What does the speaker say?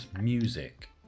music